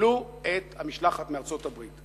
קיבלו את המשלחת מארצות-הברית.